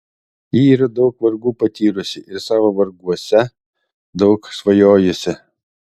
ji yra daug vargų patyrusi ir savo varguose daug svajojusi